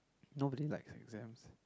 nobody likes exams